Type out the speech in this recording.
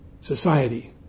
society